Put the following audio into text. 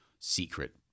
secret